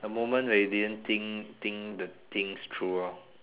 the moment where you didn't think think the things true ah